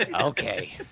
Okay